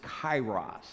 kairos